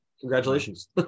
Congratulations